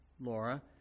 Laura